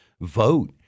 vote